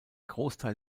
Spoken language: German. großteil